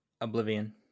oblivion